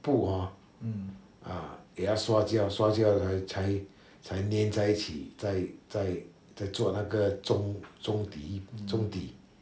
布 hor uh 给它刷胶刷胶才才才黏在一起再再再做那个中中底中底